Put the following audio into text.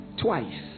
twice